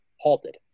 halted